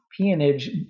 peonage